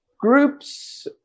groups